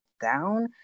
down